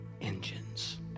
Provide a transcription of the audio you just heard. engines